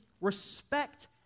respect